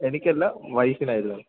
എനിക്ക് അല്ല വൈഫിനായിരുന്നു